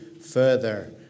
further